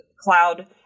cloud